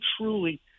truly